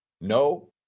No